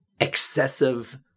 excessive